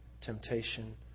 temptation